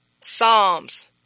Psalms